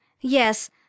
Yes